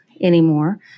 anymore